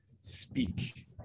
speak